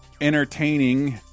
entertaining